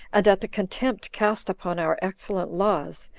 and at the contempt cast upon our excellent laws,